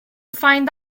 find